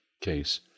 case